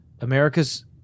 America's